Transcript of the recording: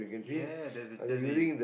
ya there's there's